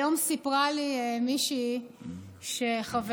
היום סיפרה לי מישהי, חברה,